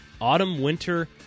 autumn-winter